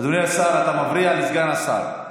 אדוני השר, אתה מפריע לסגן השר.